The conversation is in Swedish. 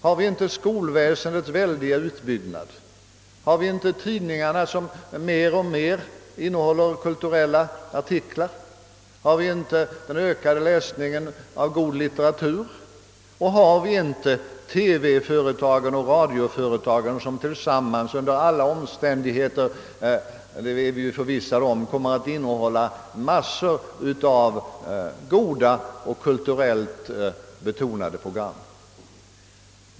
Har vi inte skolväsendets väldiga utbyggnad! Har vi inte tidningarna som innehåller allt fler kulturella artiklar! Har vi inte den ökade läsningen av god litteratur! Och har vi inte TV-företaget och radioföretaget som tillsammans under alla omständigheter — det är vi förvissade om — kommer att innehålla massor av goda och kulturellt utvecklande program!